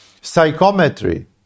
Psychometry